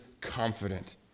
confident